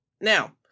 Now